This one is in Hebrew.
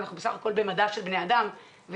אנחנו בסך הכול במדע של בני אדם ויש